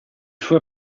sue